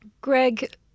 Greg